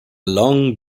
long